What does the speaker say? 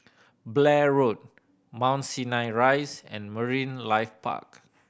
Blair Road Mount Sinai Rise and Marine Life Park